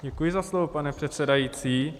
Děkuji za slovo, pane předsedající.